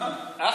למנדלבליט.